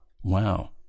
Wow